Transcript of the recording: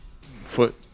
Foot